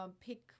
pick